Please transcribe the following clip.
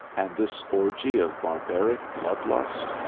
and this orgy of barbaric blood-lust,